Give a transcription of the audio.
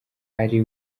ari